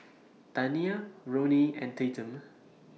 Taniyah Ronnie and Tatum